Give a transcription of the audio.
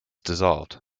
dissolved